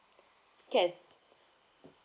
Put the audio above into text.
can